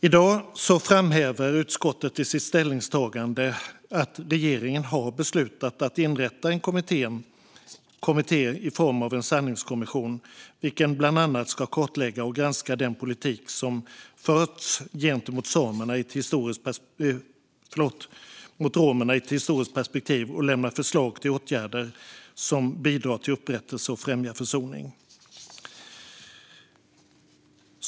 I dag framhäver utskottet i sitt ställningstagande att regeringen har beslutat att inrätta en kommitté i form av en sanningskommission, vilken bland annat ska kartlägga och granska den politik som förts gentemot romerna i ett historiskt perspektiv och lämna förslag till åtgärder som bidrar till upprättelse och främjar försoning.